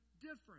different